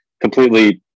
completely